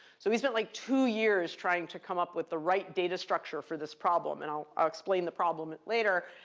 so we spent, like, two years trying to come up with the right data structure for this problem. and i'll explain the problem later.